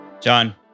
John